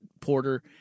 Porter